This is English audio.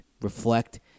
reflect